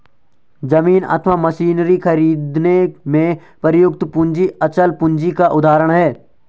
जमीन अथवा मशीनरी खरीदने में प्रयुक्त पूंजी अचल पूंजी का उदाहरण है